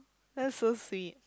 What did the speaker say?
that's so sweet